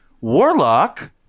Warlock